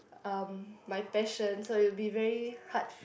um my passion so it'll be very hard